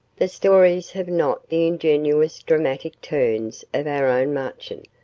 the stories have not the ingenious dramatic turns of our own marchen.